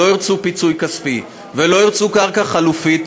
ירצו פיצוי כספי ולא ירצו קרקע חלופית,